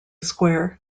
square